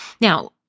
Now